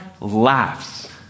laughs